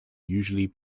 usually